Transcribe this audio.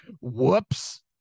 Whoops